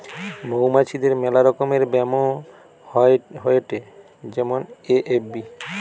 মৌমাছিদের মেলা রকমের ব্যামো হয়েটে যেমন এ.এফ.বি